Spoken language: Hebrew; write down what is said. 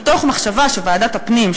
מתוך מחשבה שוועדת הפנים,